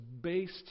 based